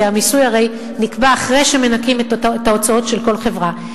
כי המיסוי הרי נקבע אחרי שמנכים את ההוצאות של כל חברה.